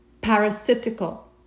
Parasitical